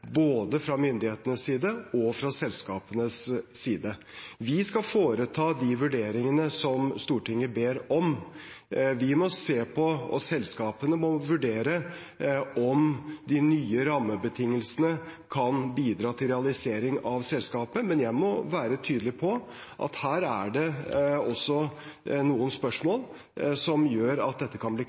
fra både myndighetenes og selskapenes side. Vi skal foreta de vurderingene som Stortinget ber om. Vi må se på, og selskapene må vurdere, om de nye rammebetingelsene kan bidra til realisering av selskapet. Men jeg må være tydelig på at her er det også noen spørsmål som gjør at dette kan bli